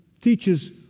teaches